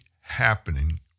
happening